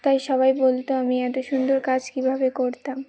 তাই সবাই বলত আমি এত সুন্দর কাজ কীভাবে করতাম